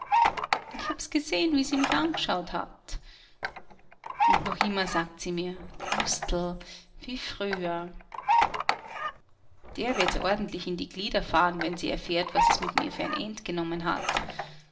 ich hab's g'sehn wie sie mich angeschaut hat und noch immer sagt sie mir gustl wie früher der wird's ordentlich in die glieder fahren wenn sie erfährt was es mit mir für ein end genommen hat